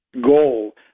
goal